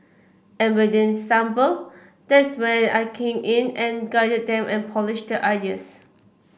and when they stumble that's where I came in and guided them and polished their ideas